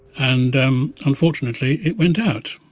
and um unfortunately, it went out,